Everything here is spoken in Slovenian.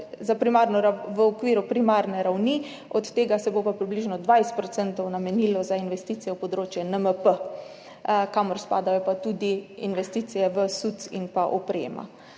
v okviru primarne ravni, od tega se bo pa približno 20 % namenilo za investicije v področje NMP, kamor pa spadajo tudi investicije v SUC-e in oprema.